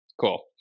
Cool